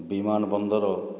ବିମାନ ବନ୍ଦର